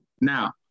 now